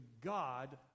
God